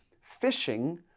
fishing